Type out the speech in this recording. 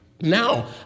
Now